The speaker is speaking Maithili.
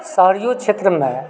शहरियो क्षेत्रमे